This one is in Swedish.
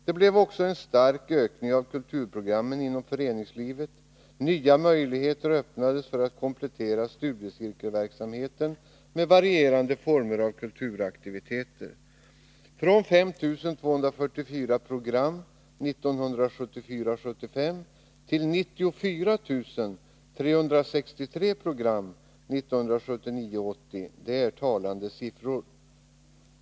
Det blev också en stark ökning av kulturprogrammen inom föreningslivet. Nya möjligheter öppnades att komplettera studiecirkelverksamheten med varierande former av kulturaktiviteter. 5 244 program 1974 80 är talande siffror.